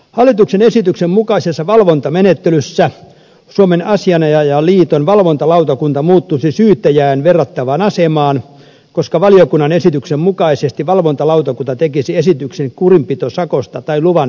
hallituksen esityksen mukaisessa valvontamenettelyssä suomen asianajajaliiton valvontalautakunta muuttuisi syyttäjään verrattavaan asemaan koska valiokunnan esityksen mukaisesti valvontalautakunta tekisi esityksen kurinpitosakosta tai luvan peruuttamisesta